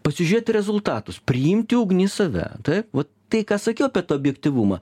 pasižiūrėti rezultatus priimti ugnį į save tai tai ką sakiau bet objektyvumą